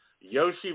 Yoshi